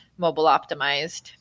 mobile-optimized